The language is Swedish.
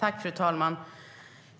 Fru talman!